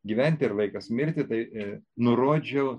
gyventi ir laikas mirti tai e nurodžiau